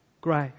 grave